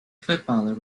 footballer